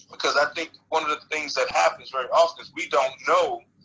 because i think one of the things that happens very often we don't know